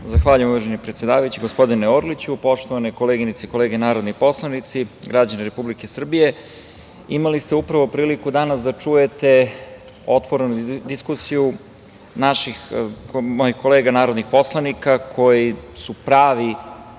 Zahvaljujem, uvaženi predsedavajući, gospodine Orliću. Poštovane koleginice i kolege narodni poslanici, građani Republike Srbije, imali ste upravo priliku danas da čujete otvorenu diskusiju mojih kolega narodnih poslanika koji su pravi